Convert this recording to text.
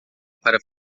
para